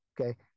okay